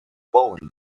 bowling